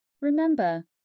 Remember